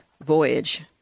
voyage